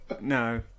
No